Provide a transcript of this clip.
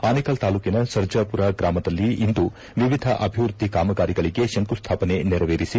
ಆನೇಕಲ್ ತಾಲ್ಲೂಕಿನ ಸರ್ಜಾಮರ ಗ್ರಾಮದಲ್ಲಿ ಇಂದು ವಿವಿಧ ಅಭಿವೃದ್ದಿ ಕಾಮಗಾರಿಗಳಿಗೆ ಶಂಕು ಸ್ಟಾಪನೆ ನೆರವೇರಿಸಿ